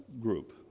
group